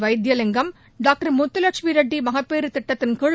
Vaithilingam doctor Muthulakshmi Reddy மகப்பேறு திட்டத்தின்கீழ்